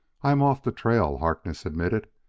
i am off the trail, harkness admitted.